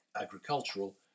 agricultural